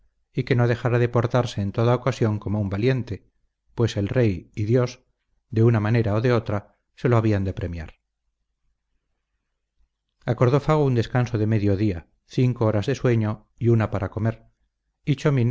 y que no dejara de portarse en toda ocasión como un valiente pues el rey y dios de una manera o de otra se lo habían de premiar acordó fago un descanso de medio día cinco horas de sueño y una para comer